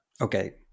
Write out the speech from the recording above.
Okay